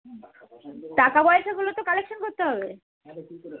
টাকাপয়সাগুলো তো কালেকশন করতে হবে